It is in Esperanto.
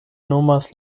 nomas